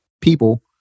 people